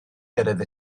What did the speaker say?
gyrraedd